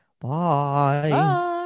bye